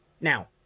Now